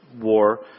war